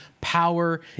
power